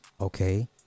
okay